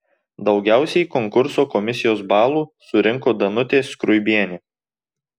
daugiausiai konkurso komisijos balų surinko danutė skruibienė